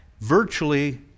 Virtually